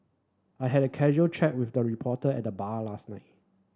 I had a casual chat with the reporter at the bar last night